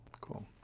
Cool